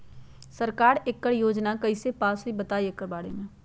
सरकार एकड़ योजना कईसे पास होई बताई एकर बारे मे?